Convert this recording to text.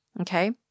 okay